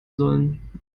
sollen